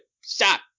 Stop